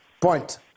point